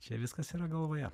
čia viskas yra galvoje